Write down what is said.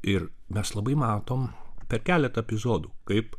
ir mes labai matom per keletą epizodų kaip